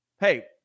hey